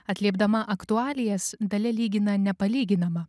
atliepdama aktualijas dalia lygina nepalyginamą